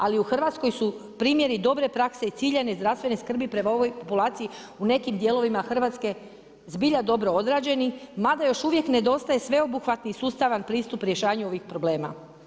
Ali u Hrvatskoj su primjeri dobre prakse i ciljane zdravstvene skrbi prema ovoj populaciji u nekim dijelovima Hrvatske zbilja dobro odrađeni, mada još uvijek nedostaje sveobuhvatni sustavan pristup rješavanju ovih problema.